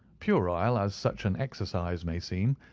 puerile as such an exercise may seem,